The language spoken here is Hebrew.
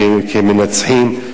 כמנצחים,